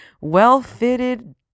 well-fitted